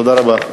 תודה רבה.